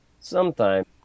Sometime